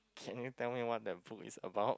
can you tell me what that book is about